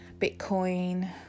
Bitcoin